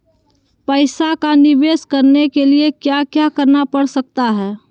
पैसा का निवेस करने के लिए क्या क्या करना पड़ सकता है?